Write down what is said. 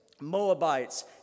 Moabites